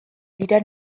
dira